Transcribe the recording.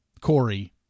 Corey